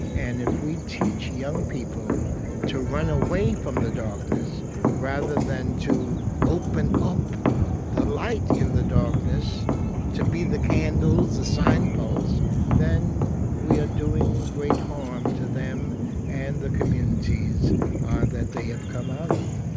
and if we teach young people to run away from the darkness rather than to open up the light in the darkness to be the candles, the signposts then we are doing great harm to them and the communities that they have come out of